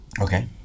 Okay